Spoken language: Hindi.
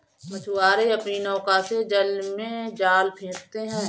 मछुआरे अपनी नौका से जल में जाल फेंकते हैं